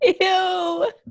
Ew